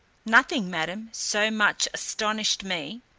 nothing, madam, so much astonished me,